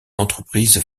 l’entreprise